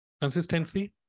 Consistency